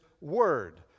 word